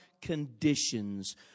conditions